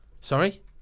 Sorry